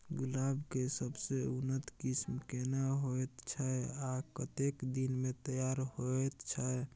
गुलाब के सबसे उन्नत किस्म केना होयत छै आ कतेक दिन में तैयार होयत छै?